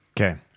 Okay